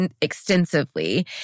extensively